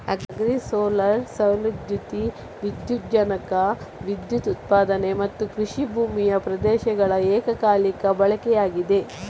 agri solar ಸೌರ ದ್ಯುತಿ ವಿದ್ಯುಜ್ಜನಕ ವಿದ್ಯುತ್ ಉತ್ಪಾದನೆ ಮತ್ತುಕೃಷಿ ಭೂಮಿಯ ಪ್ರದೇಶಗಳ ಏಕಕಾಲಿಕ ಬಳಕೆಯಾಗಿದೆ